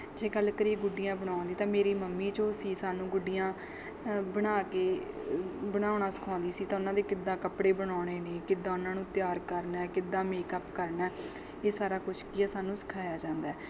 ਜੇ ਗੱਲ ਕਰੀਏ ਗੁੱਡੀਆਂ ਬਣਾਉਣ ਦੀ ਤਾਂ ਮੇਰੀ ਮੰਮੀ ਜੋ ਸੀ ਸਾਨੂੰ ਗੁੱਡੀਆਂ ਬਣਾ ਕੇ ਬਣਾਉਣਾ ਸਿਖਾਉਂਦੀ ਸੀ ਤਾਂ ਉਹਨਾਂ ਦੇ ਕਿੱਦਾਂ ਕੱਪੜੇ ਬਣਾਉਣੇ ਨੇ ਕਿੱਦਾਂ ਉਹਨਾਂ ਨੂੰ ਤਿਆਰ ਕਰਨਾ ਕਿੱਦਾਂ ਮੇਕਅਪ ਕਰਨਾ ਇਹ ਸਾਰਾ ਕੁਛ ਕੀ ਹੈ ਸਾਨੂੰ ਸਿਖਾਇਆ ਜਾਂਦਾ